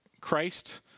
Christ